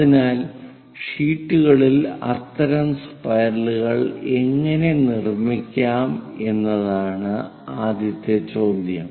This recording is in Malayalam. അതിനാൽ ഷീറ്റുകളിൽ അത്തരം സ്പൈറലുകൾ എങ്ങനെ നിർമ്മിക്കാം എന്നതാണ് ആദ്യത്തെ ചോദ്യം